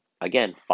Again